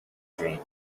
dream